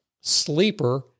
Sleeper